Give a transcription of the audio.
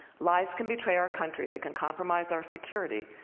lies can betray our country, they can compromise our security,